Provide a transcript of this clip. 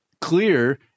clear